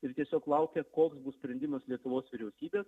ir tiesiog laukia koks bus sprendimas lietuvos vyriausybės